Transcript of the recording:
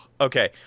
okay